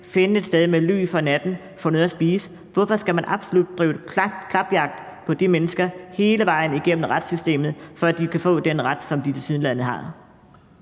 finde et sted med ly for natten, få noget at spise? Hvorfor skal man absolut drive klapjagt på de mennesker hele vejen igennem retssystemet, for at de kan få den ret, som de tilsyneladende har?